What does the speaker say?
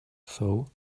though